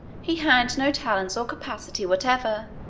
he had no talents or capacity whatever,